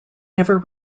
never